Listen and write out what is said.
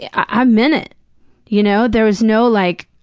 i meant it. you know there was no, like,